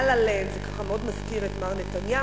מ"לה-לה לנד" זה מזכיר מאוד את מר נתניהו,